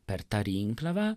per tą rinkliavą